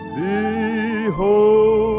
behold